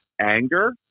anger